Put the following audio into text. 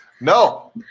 No